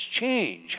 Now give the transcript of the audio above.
change